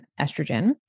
estrogen